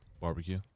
Barbecue